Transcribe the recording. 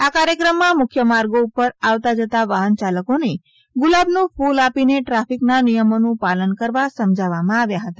આ કાર્યક્રમમાં મુખ્ય માર્ગો ઉપર આવતા જતા વાહનચાલકોને ગુલાબનું ફૂલ આપીને ટ્રાફિકના નિયમોનું પાલન કરવા સમજાવવામાં આવ્યા હતા